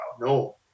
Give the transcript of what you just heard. No